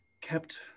kept